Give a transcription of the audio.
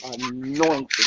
anointing